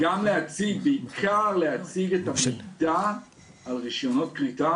בעיקר להציג את המידע על רישיונות כריתה